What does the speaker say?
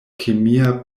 kemia